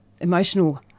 emotional